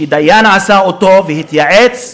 שדיין עשה, והתייעץ,